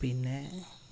പിന്നെ